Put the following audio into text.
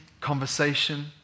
conversation